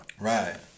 Right